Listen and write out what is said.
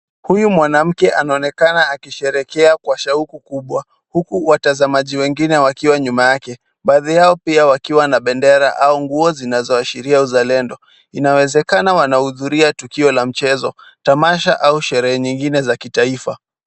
Huyu mwanamke anaonekana akisherehekea kwa shauku kubwa huku watazamaji wengine wakiwa nyuma yake. Baadhi yao pia wakiwa na bendera au nguo zinazoashiria uzalendo. Inawezekana wanahudhuria tukio la mchezo, tamasha au sherehe nyingine za kitaifa.